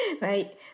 Right